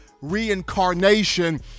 reincarnation